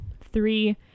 three